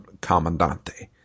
commandante